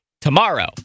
tomorrow